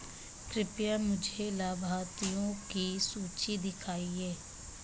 कृपया मुझे लाभार्थियों की सूची दिखाइए